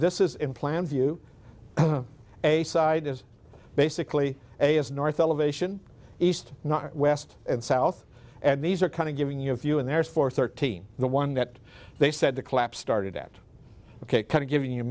this is in plan view a side is basically a is north elevation east not west and south and these are kind of giving you a view and there's four thirteen the one that they said the collapse started at ok kind of giving you